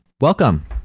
Welcome